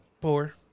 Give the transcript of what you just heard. poor